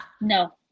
No